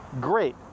great